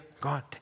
God